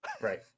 right